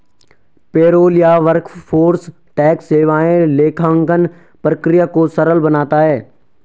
payroll या workforce tax सेवाएं लेखांकन प्रक्रिया को सरल बनाता है